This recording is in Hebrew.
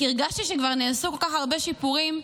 כי הרגשתי שכבר נעשו כל כך הרבה שיפורים,